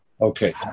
Okay